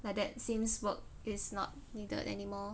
like that since work is not needed anymore